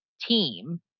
team